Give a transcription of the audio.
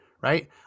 right